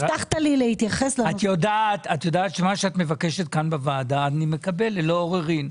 את יודעת שמה שאת מבקשת כאן בוועדה אני מקבל ללא עוררין.